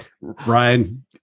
Ryan